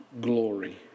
Glory